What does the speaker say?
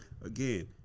again